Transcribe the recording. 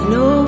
no